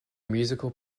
musical